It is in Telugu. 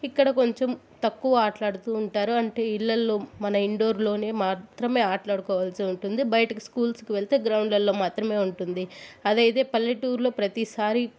ఇక్కడ కొంచెం తక్కువ ఆటడుతు ఉంటారు అంటే ఇళ్ళల్లో మనం ఇన్ డోర్లో మాత్రమే ఆడుకోవాల్సి ఉంటుంది బయటకి స్కూల్స్కి వెళ్తే గ్రౌండ్లలో మాత్రమే ఉంటుంది అదే అయితే పల్లెటూర్లో ప్రతిసారి